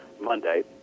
Monday